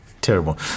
terrible